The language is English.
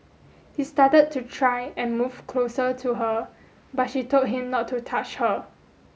he started to try and move closer to her but she told him not to touch her